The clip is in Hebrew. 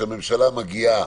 וכשהממשלה מגיעה